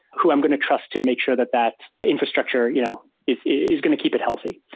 who i'm going to trust to make sure that that infrastructure you know is is going to keep it healthy.